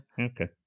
Okay